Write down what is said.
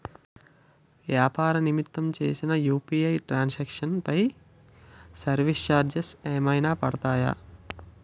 వ్యాపార నిమిత్తం చేసిన యు.పి.ఐ ట్రాన్ సాంక్షన్ పై సర్వీస్ చార్జెస్ ఏమైనా పడతాయా?